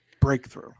breakthrough